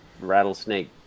rattlesnake